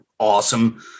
Awesome